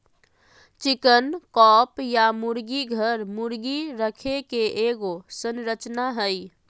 chicken coop या मुर्गी घर, मुर्गी रखे के एगो संरचना हइ